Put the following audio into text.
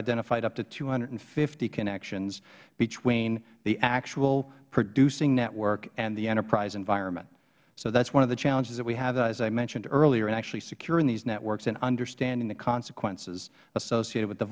identified up to two hundred and fifty connections between the actual producing network and the enterprise environment that is one of the challenges we have as i mentioned earlier in actually securing these networks and understanding the consequences associated with the